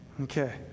Okay